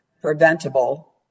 preventable